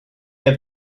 have